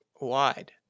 wide